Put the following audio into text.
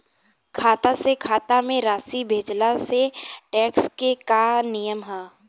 खाता से खाता में राशि भेजला से टेक्स के का नियम ह?